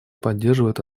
поддерживает